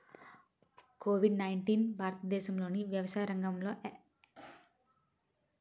Covid nineteen భారతదేశంలోని వ్యవసాయ రంగాన్ని ఎలా ప్రభావితం చేస్తుంది?